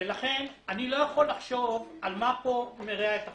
ולכן אני לא יכול לחשוב על מה פה מרע את החוק,